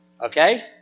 Okay